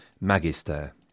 magister